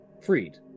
freed